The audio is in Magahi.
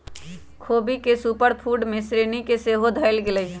ख़ोबी के सुपर फूड के श्रेणी में सेहो धयल गेलइ ह